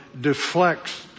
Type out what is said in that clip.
deflects